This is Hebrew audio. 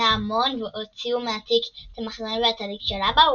ההמון והוציאו מהתיק את המחזורים והטלית של אבא,